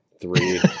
Three